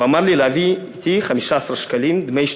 הוא אמר לי להביא אתי 15 שקלים דמי השתתפות.